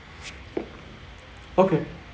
okay